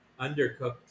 undercooked